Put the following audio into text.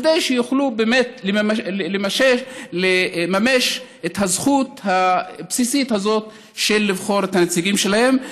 כדי שיוכלו באמת לממש את הזכות הבסיסית הזאת לבחור את הנציגים שלהם.